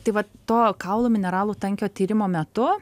tai vat to kaulų mineralų tankio tyrimo metu